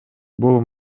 бул